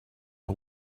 are